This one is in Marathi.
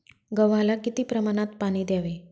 गव्हाला किती प्रमाणात पाणी द्यावे?